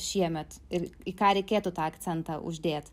šiemet ir į ką reikėtų tą akcentą uždėt